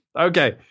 Okay